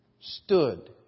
stood